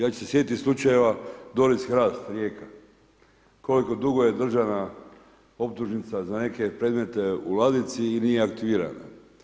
Ja ću se sjetiti slučajeva Doris hrast, Rijeka, koliko dugo je držana optužnica za neke predmete u ladici i nije aktivirana.